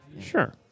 Sure